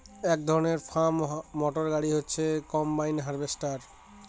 এক ধরনের farm motor গাড়ি হচ্ছে কম্বাইন হার্ভেস্টর